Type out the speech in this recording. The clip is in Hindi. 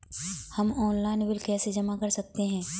हम ऑनलाइन बिल कैसे जमा कर सकते हैं?